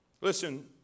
Listen